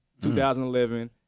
2011